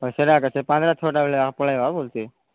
ହଉ ସେଇରା ସେପାଖେ ପାଞ୍ଚଟା ଛଅଟା ବେଳେ ପଳାଇବା ବୋଲୁଛି